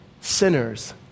sinners